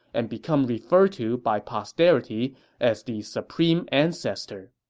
and become referred to by posterity as the supreme ancestor.